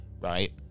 right